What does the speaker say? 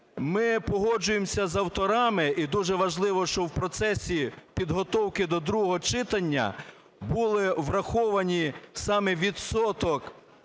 ми погоджуємося з авторами, і дуже важливо, щоб в процесі підготовки до другого читання був врахований саме відсоток